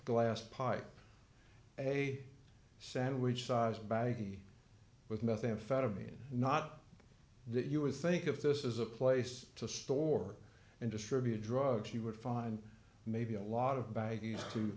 glass pipe a sandwich sized baggie with methamphetamine not that you would think if this is a place to store and distribute drugs you would find maybe a lot of baggies to